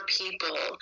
people